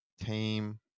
Tame